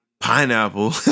Pineapple